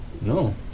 No